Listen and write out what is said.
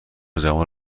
جوان